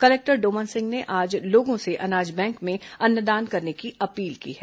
collector Doman Singh ने लोगों से अनाज बैंक में अन्नदान करने की अपील की है